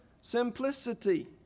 simplicity